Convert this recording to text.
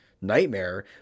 nightmare